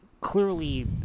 clearly